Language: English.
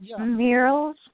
murals